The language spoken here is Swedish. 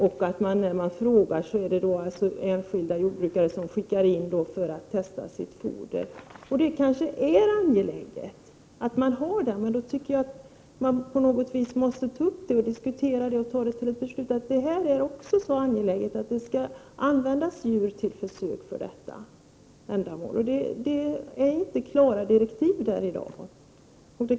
När jag frågat visar det sig vara till för att testa foder för att göra upp foderstater åt jordbrukare som har skickat in prov på sitt foder. Det kanske är angeläget att de kan göra det. I så fall tycker jag att vi måste ta upp det i debatten och fatta ett beslut om att detta ändamål är så angeläget att försök med djur skall tillåtas. I dag finns inga klara direktiv.